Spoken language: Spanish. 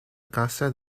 casa